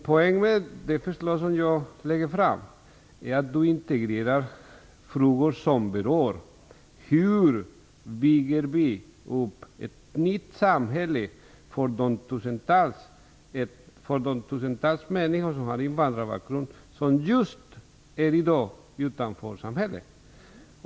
Poängen med mitt förslag är att man skall integrera frågor som berör hur vi skall kunna bygga upp ett nytt samhälle för de tusentals människor som har invandrarbakgrund, vilka i dag står utanför samhället.